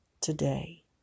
today